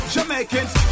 Jamaicans